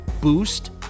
boost